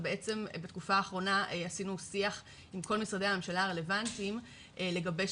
ובעצם בתקופה האחרונה עשינו שיח עם כל משרדי הממשלה הרלוונטיים לגבש